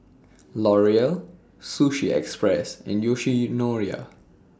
L'Oreal Sushi Express and Yoshinoya